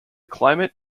climate